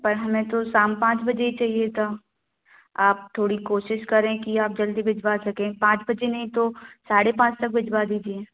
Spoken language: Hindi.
पर हमें तो शाम पाँच बजे ही चाहिए था आप थोड़ी कोशिश करें कि आप जल्दी भिजवा सकें पाँच बजे नहीं तो साढ़े पाँच तक भिजवा दीजिए